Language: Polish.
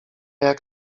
jak